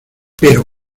pero